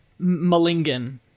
Malingan